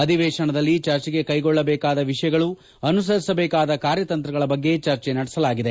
ಅಧಿವೇಶನದಲ್ಲಿ ಚರ್ಚೆಗೆ ಕೈಗೆತ್ತಿಕೊಳ್ಳಬೇಕಾದ ವಿಷಯಗಳು ಅನುಸರಿಸಬೇಕಾದ ಕಾರ್ಯತಂತ್ರಗಳ ಬಗ್ಗೆ ಚರ್ಚೆ ನಡೆಸಲಾಗಿದೆ